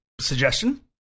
suggestion